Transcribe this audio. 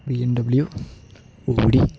BMW Audi